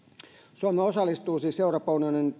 suomi osallistuu siis euroopan unionin